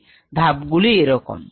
ধাপ গুলি এরকম